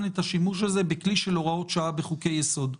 את השימוש בכלי של הוראות שעה בחוקי-יסוד.